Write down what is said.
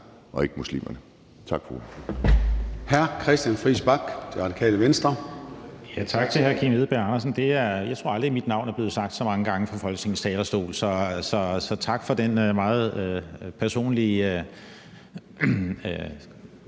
og ikke muslimerne. Tak for